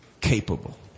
capable